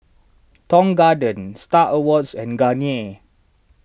Tong Garden Star Awards and Garnier